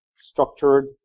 structured